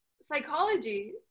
psychology